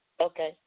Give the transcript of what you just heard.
Okay